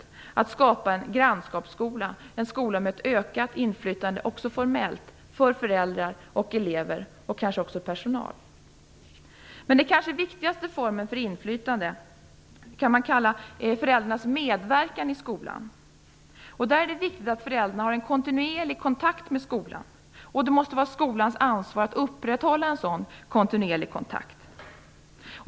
Jag skulle vilja skapa en grannskapsskola, en skola med ökat inflytande, också formellt, för föräldrar, elever och kanske också personal. Men den kanske viktigaste formen för inflytande kan man kalla för föräldrarnas medverkan i skolan. Det är viktigt att föräldrarna har en kontinuerlig kontakt med skolan. Det måste vara skolans ansvar att upprätthålla en sådan kontinuerlig kontakt.